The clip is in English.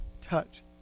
touch